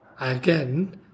again